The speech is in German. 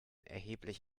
erheblich